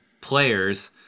players